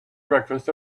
breakfast